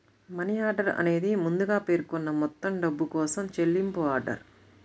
money order అనేది ముందుగా పేర్కొన్న మొత్తం డబ్బు కోసం చెల్లింపు ఆర్డర్